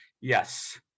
yes